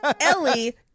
Ellie